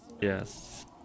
Yes